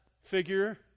figure